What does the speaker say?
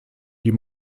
die